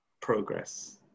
progress